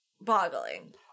boggling